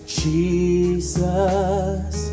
jesus